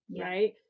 right